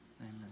Amen